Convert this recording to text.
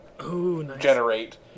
generate